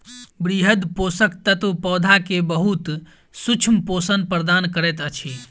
वृहद पोषक तत्व पौधा के बहुत सूक्ष्म पोषण प्रदान करैत अछि